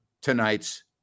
tonight's